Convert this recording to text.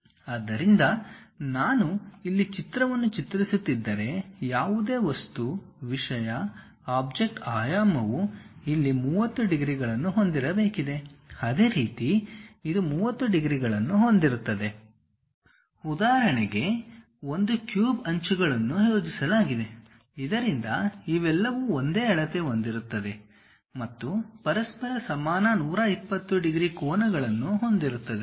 ಆದ್ದರಿಂದ ನಾನು ಇಲ್ಲಿ ಚಿತ್ರವನ್ನು ಚಿತ್ರಿಸುತ್ತಿದ್ದರೆ ಯಾವುದೇ ವಸ್ತು ವಿಷಯ ಆಬ್ಜೆಕ್ಟ್ ಆಯಾಮವು ಇಲ್ಲಿ 30 ಡಿಗ್ರಿಗಳನ್ನು ಹೊಂದಿರಬೇಕಿದೆ ಅದೇ ರೀತಿ ಇದು 30 ಡಿಗ್ರಿಗಳನ್ನು ಹೊಂದಿರುತ್ತದೆ ಉದಾಹರಣೆಗೆ ಒಂದು ಕ್ಯೂಬ್ ಅಂಚುಗಳನ್ನು ಯೋಜಿಸಲಾಗಿದೆ ಇದರಿಂದ ಇವೆಲ್ಲವೂ ಒಂದೇ ಅಳತೆ ಹೊಂದಿರುತ್ತದೆ ಮತ್ತು ಪರಸ್ಪರ ಸಮಾನ 120 ಡಿಗ್ರಿ ಕೋನಗಳನ್ನು ಹೊಂದಿರುತ್ತದೆ